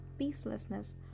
peacelessness